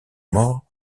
mort